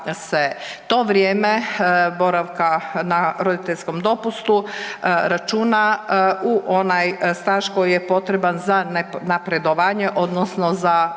to vrijeme boravka na roditeljskom dopustu računa u onaj staž koji je potreban za napredovanje odnosno za